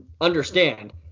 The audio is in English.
understand